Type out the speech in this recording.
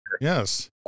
yes